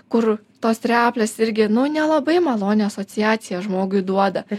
kur tos replės irgi nu nelabai malonią asociaciją žmogui duoda